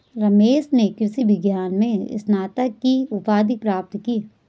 रमेश ने कृषि विज्ञान में स्नातक की उपाधि प्राप्त की